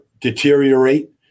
deteriorate